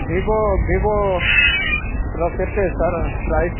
Vivo ଭିଭୋର କେତେ sir price